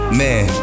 man